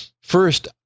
First